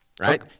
Right